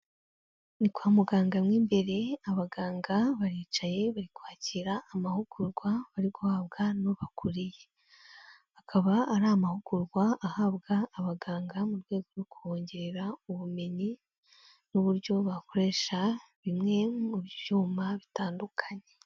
Ni kwa muganga mo imbere, abaganga baricaye, bari kwakira amahugurwa bari guhabwa n'ubakuriye, akaba ari amahugurwa ahabwa abaganga mu rwego rwo kongerera ubumenyi n'uburyo bakoresha bimwe mu byuma bitandukanye.